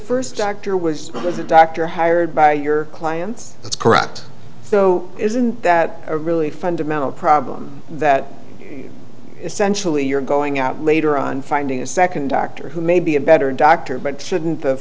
first doctor was was a doctor hired by your client that's correct so isn't that a really fundamental problem that essentially you're going out later on finding a second doctor who may be a better doctor but shouldn't the